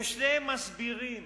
ושניהם מסבירים